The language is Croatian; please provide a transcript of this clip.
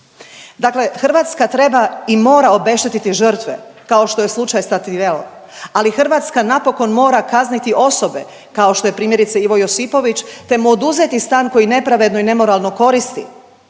Dakle, Hrvatska treba i mora obeštetiti žrtve kao što je slučaj Statileo, ali Hrvatska napokon mora kazniti osobe kao što je primjerice Ivo Josipović te mu oduzeti stan koji nepravedno i nemoralno koristi.